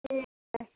ठीक छै